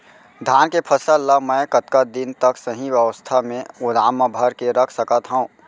धान के फसल ला मै कतका दिन तक सही अवस्था में गोदाम मा भर के रख सकत हव?